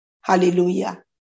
hallelujah